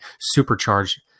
supercharged